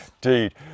dude